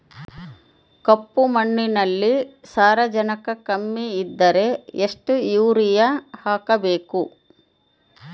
ಕಪ್ಪು ಮಣ್ಣಿನಲ್ಲಿ ಸಾರಜನಕ ಕಮ್ಮಿ ಇದ್ದರೆ ಎಷ್ಟು ಯೂರಿಯಾ ಹಾಕಬೇಕು?